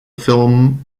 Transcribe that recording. film